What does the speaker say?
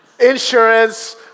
insurance